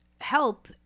help